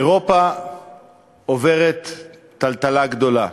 אירופה עוברת טלטלה גדולה.